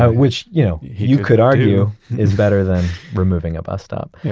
ah which you know you could argue is better than removing a bus stop yeah